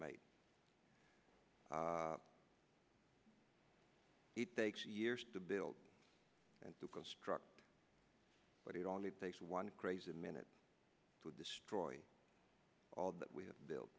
made it takes years to build and to construct but it only takes one crazy minute to destroy all that we have built